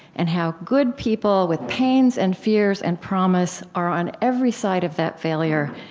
and how good people with pains and fears and promise are on every side of that failure,